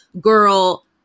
Girl